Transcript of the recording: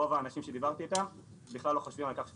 רוב האנשים שדיברתי איתם בכלל לא חושבים על כך שצריך,